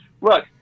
Look